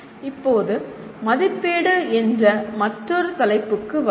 இப்போது "மதிப்பீடு" என்ற மற்றொரு தலைப்புக்கு வருவோம்